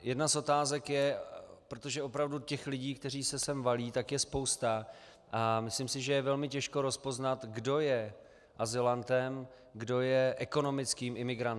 Jedna z otázek je, protože opravdu těch lidí, kteří se sem valí, je spousta, myslím si, že je velmi těžké rozpoznat, kdo je azylantem, kdo je ekonomickým imigrantem.